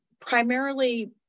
primarily